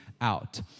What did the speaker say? out